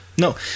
No